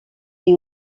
les